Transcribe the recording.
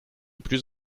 plus